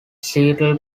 seattle